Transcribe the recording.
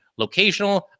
locational